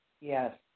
Yes